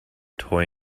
toy